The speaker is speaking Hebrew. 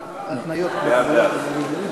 בעד, בעד.